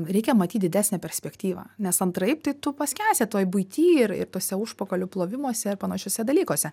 reikia matyt didesnę perspektyvą nes antraip tai tu paskęsti toj buity ir ir tuose užpakalių plovimuose ir panašiuose dalykuose